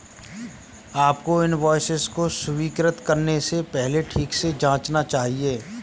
आपको इनवॉइस को स्वीकृत करने से पहले ठीक से जांचना चाहिए